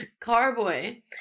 Carboy